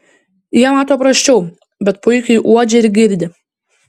jie mato prasčiau bet puikiai uodžia ir girdi